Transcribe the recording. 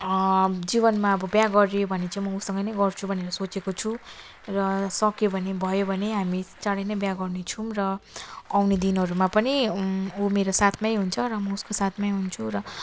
जीवनमा अब बिहा गरियो भने चाहिँ म ऊसँग नै गर्छु भनेर सोचेको छु र सकियो भने भयो भने हामी चाँडै नै बिहा गर्नेछौँ र आउने दिनहरूमा पनि ऊ मेरो साथमै हुन्छ र म उसको साथमै हुन्छु र